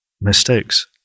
mistakes